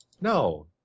no